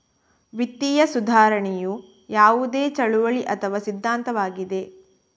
ವಿತ್ತೀಯ ಸುಧಾರಣೆಯು ಯಾವುದೇ ಚಳುವಳಿ ಅಥವಾ ಸಿದ್ಧಾಂತವಾಗಿದೆ